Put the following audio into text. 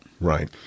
Right